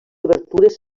obertures